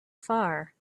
far